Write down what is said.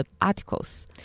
articles